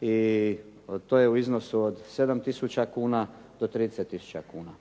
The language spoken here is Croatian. i to je u iznosu od 7 tisuća kuna do 30 tisuća kuna.